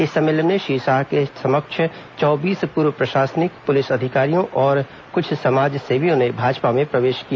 इस सम्मेलन में श्री शाह के समक्ष चौबीस पूर्व प्रशासनिक पुलिस अधिकारियों और क्छ समाज सेवियों ने भाजपा में प्रवेश किया